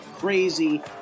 crazy